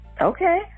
okay